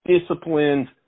disciplined